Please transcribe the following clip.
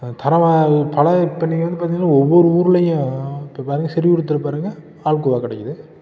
அது தரமாக பல இப்போ நீங்க வந்து பார்த்திங்கன்னா ஒவ்வொரு ஊர்லேயும் இப்போ பார்த்திங்கன்னா பாருங்க பால்கோவா கிடைக்கிது